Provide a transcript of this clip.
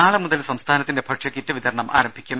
നാളെ മുതൽ സംസ്ഥാനത്തിന്റെ ഭക്ഷ്യ കിറ്റ് വിതരണം ആരംഭിക്കും